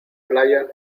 playa